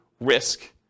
risk